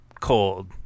cold